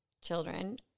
children